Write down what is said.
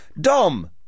Dom